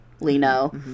Lino